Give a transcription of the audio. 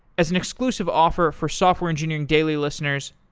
as an exclusive offer for software engineering daily listeners,